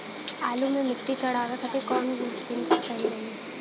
आलू मे मिट्टी चढ़ावे खातिन कवन मशीन सही रही?